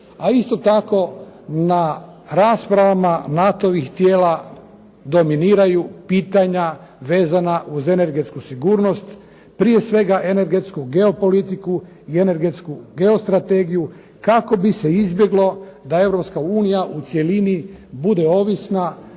a isto tako na raspravama NATO-vih tijela dominiraju pitanja vezana uz energetsku sigurnost, prije svega energetsku geopolitiku i energetsku geostrategiju kako bi se izbjeglo da Europska unija u cjelini bude ovisna